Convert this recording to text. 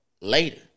later